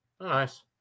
Nice